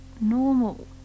normal